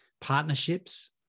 partnerships